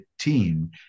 Team